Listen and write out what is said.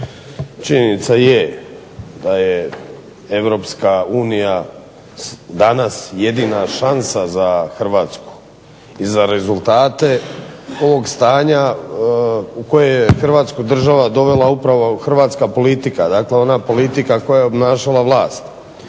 činjenica je da je Europska unija danas jedna šansa za Hrvatsku i za rezultate ovog stanja u koje je Hrvatska država dovela upravo hrvatska politika, dakle ona politika koja je obnašala vlast.